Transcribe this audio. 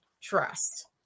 Trust